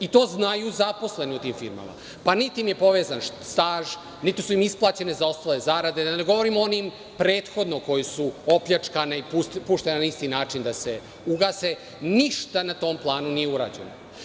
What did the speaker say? I, to znaju zaposleni u tim firmama, pa niti im je povezan staž, niti su im isplaćene zaostale zarade, da ne govorim o onim prethodno koji su opljačkani pušteni na isti način da se ugase, ništa na tom planu nije urađeno.